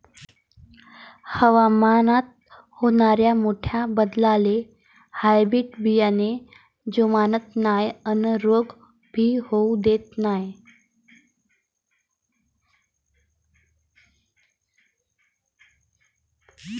हवामानात होनाऱ्या मोठ्या बदलाले हायब्रीड बियाने जुमानत नाय अन रोग भी होऊ देत नाय